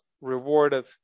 rewarded